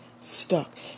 stuck